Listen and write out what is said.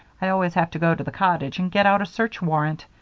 i always have to go to the cottage and get out a search warrant.